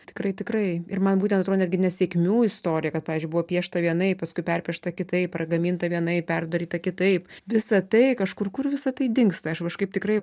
tikrai tikrai ir man būtent atrodo netgi nesėkmių istorija kad pavyzdžiui buvo piešta vienaip paskui perpiešta kitaip ar gaminta vienaip perdaryta kitaip visa tai kažkur kur visa tai dingsta aš kažkaip tikrai